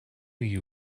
you